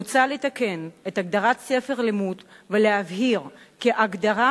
מוצע לתקן את הגדרת "ספר לימוד" ולהבהיר כי ההגדרה